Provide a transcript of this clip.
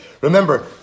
Remember